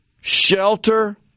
shelter